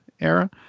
era